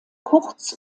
kurz